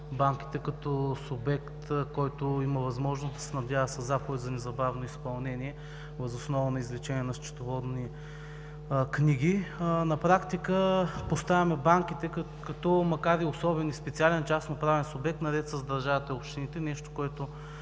банките като субект, който има възможност да се снабдява със заповед за незабавно изпълнение въз основа на извлечение на счетоводни книги. На практика поставяме банките, макар и особен, и специален частно-правен субект, наред с държавата и общините – нещо, което